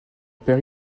père